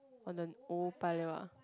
on the old Paya-Lebar